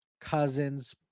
Cousins